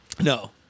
No